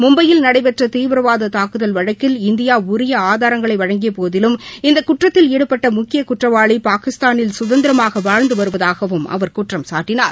மும்பையில் நடைபெற்ற தீவிரவாத தாக்குதல் வழக்கில் இந்தியா உரிய ஆதாரங்களை வழங்கிய போதிலும் இந்த குற்றத்தில் ஈடுபட்ட முக்கிய குற்றவாளி பாகிஸ்தானில் சுதந்திரமாக வாழ்ந்து வருவதாகவும் அவர் குற்றம் சாட்டினார்